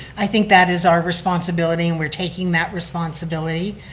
i think that is our responsibility and we're taking that responsibility.